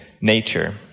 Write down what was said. nature